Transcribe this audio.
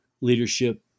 leadership